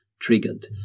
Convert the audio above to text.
triggered